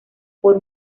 por